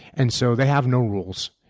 and so they have no rules.